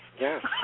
yes